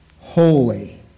holy